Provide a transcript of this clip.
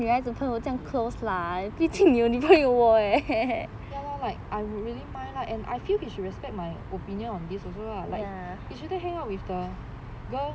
ya lor like I would really mind lah and I feel he should respect my opinion on this also lah like you shouldn't hang out with the girl